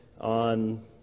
on